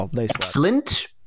excellent